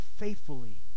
faithfully